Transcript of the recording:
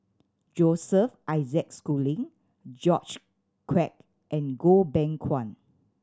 Joseph Isaac Schooling George Quek and Goh Beng Kwan